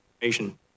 information